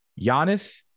Giannis